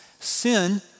Sin